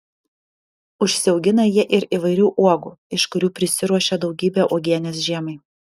užsiaugina jie ir įvairių uogų iš kurių prisiruošia daugybę uogienės žiemai